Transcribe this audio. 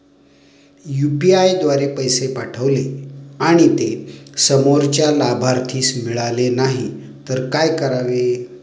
UPI द्वारे पैसे पाठवले आणि ते समोरच्या लाभार्थीस मिळाले नाही तर काय करावे?